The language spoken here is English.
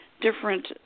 different